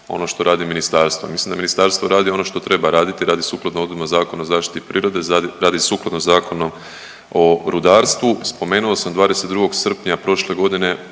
ono što radi ministarstvo. Mislim da ministarstvo radi ono što treba raditi, radi sukladno odredbama Zakona o zaštiti prirode i radi sukladno Zakonu o rudarstvu. Spomenuo sam 22. srpnja prošle godine